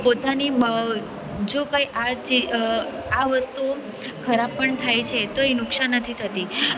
પોતાની આ જો કંઈ આ વસ્તુ ખરાબ પણ થાય છે તો નુકસાન નથી થતી